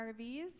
RVs